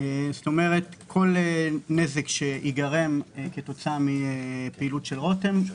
כלומר כל נזק שייגרם כתוצאה מפעילות של רותם,